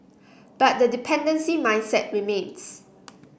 but the dependency mindset remains